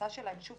ההדפסה שלהם שוב,